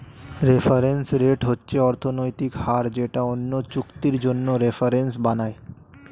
reference rate হচ্ছে অর্থনৈতিক হার যেটা অন্য চুক্তির জন্য রেফারেন্স বানায়